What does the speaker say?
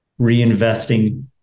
reinvesting